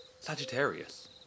Sagittarius